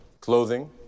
clothing